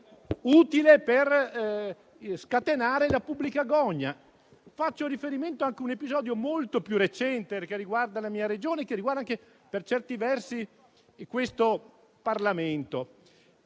utile per scatenare la pubblica gogna. Faccio riferimento anche ad un episodio molto più recente, che riguarda la mia Regione e, per certi versi, questo Parlamento.